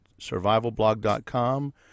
survivalblog.com